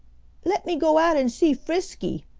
let me go out and see frisky,